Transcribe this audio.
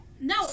No